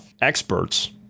Experts